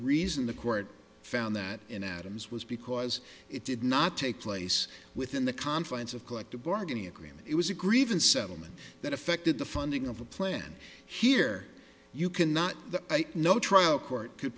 reason the court found that in adams was because it did not take place within the confines of collective bargaining agreement it was a grievance settled that affected the funding of the plan here you cannot no trial court could